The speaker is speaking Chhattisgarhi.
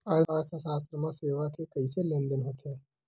अर्थशास्त्र मा सेवा के कइसे लेनदेन होथे?